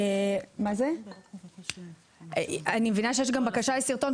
אני מבינה שיש גם בקשה לסרטון,